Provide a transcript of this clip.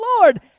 Lord